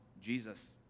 Jesus